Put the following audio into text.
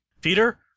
Peter